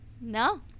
No